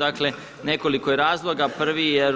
Dakle, nekoliko je razloga, prvi je